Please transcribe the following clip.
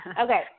Okay